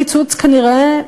כנראה,